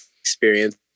experience